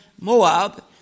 Moab